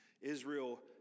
Israel